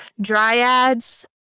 dryads